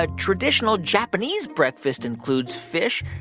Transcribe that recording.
ah traditional japanese breakfast includes fish.